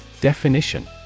Definition